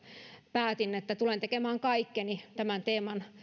päätin että tulen tekemään kaikkeni tämän teeman